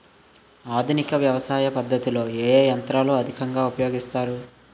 ఆధునిక వ్యవసయ పద్ధతిలో ఏ ఏ యంత్రాలు అధికంగా ఉపయోగిస్తారు?